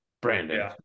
Brandon